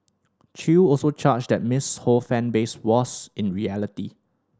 Chew also charged that Miss Ho fan base was in reality